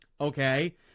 okay